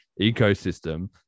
ecosystem